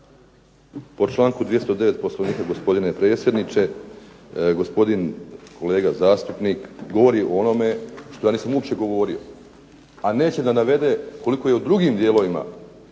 Po članku 209. Poslovnika gospodine predsjedniče, gospodin kolega zastupnik govori o onome što ja nisam uopće govorio a neće da navede koliko je u drugim dijelovima